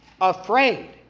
afraid